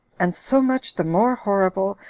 and so much the more horrible,